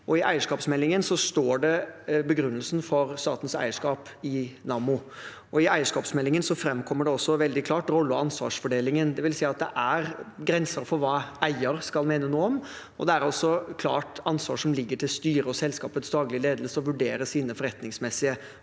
I eierskapsmeldingen står begrunnelsen for statens eierskap i Nammo, og i eierskapsmeldingen framkommer også rolleog ansvarsfordelingen veldig klart. Det vil si at det er grenser for hva eier skal mene noe om, og det er et klart ansvar som ligger til styrets og selskapets daglige ledelse å vurdere sine forretningsmessige